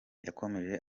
yakomeje